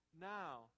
now